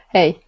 Hey